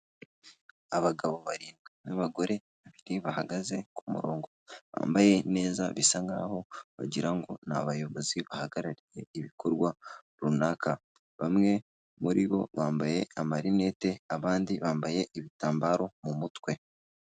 Abagabo barindwi n'abagore babiri bahagaze ku murongo, bambaye neza bisa nk'aho wagira ngo ni abayobozi bahagarariye ibikorwa runaka. Bamwe muri bo bambaye amarinete abandi bambaye ibitambaro mu mutwe.